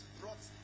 brought